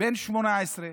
בן 18,